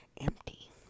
empty